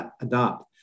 adopt